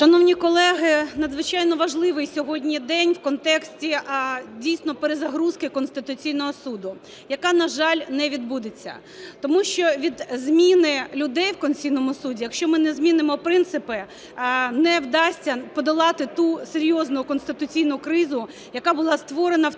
Шановні колеги, надзвичайно важливий сьогодні день в контексті дійсно перезагрузки Конституційного Суду, яка, на жаль, не відбудеться. Тому що від зміни людей в Конституційному Суді, якщо ми не змінимо принципи, не вдасться подолати ту серйозну конституційну кризу, яка була створена в